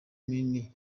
minini